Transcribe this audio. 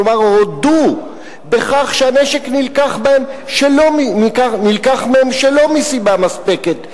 כלומר הודו בכך שהנשק נלקח מהם שלא מסיבה מספקת.